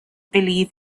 believe